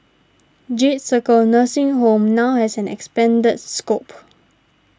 Jade Circle nursing home now has an expanded scope